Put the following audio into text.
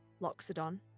Loxodon